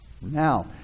Now